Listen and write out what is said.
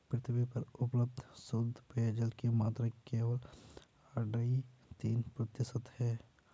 पृथ्वी पर उपलब्ध शुद्ध पेजयल की मात्रा केवल अढ़ाई तीन प्रतिशत ही है